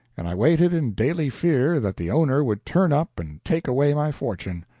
and i waited in daily fear that the owner would turn up and take away my fortune.